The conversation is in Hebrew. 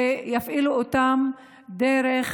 ויפעילו אותן דרך